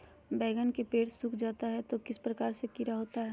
बैगन के पेड़ सूख जाता है तो किस प्रकार के कीड़ा होता है?